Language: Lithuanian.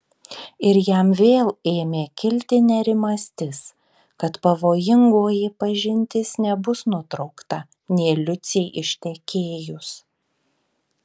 ir jam vėl ėmė kilti nerimastis kad pavojingoji pažintis nebus nutraukta nė liucei ištekėjus